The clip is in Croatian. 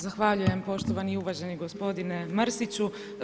Zahvaljujem poštovani i uvaženi gospodine Mrsiću.